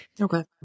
Okay